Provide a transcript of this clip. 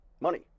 money